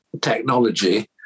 technology